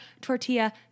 tortilla